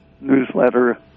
newsletter